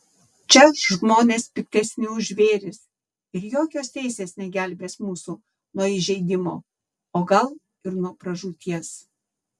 čia žmonės piktesni už žvėris ir jokios teisės negelbės mūsų nuo įžeidimo o gal ir nuo pražūties